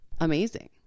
amazing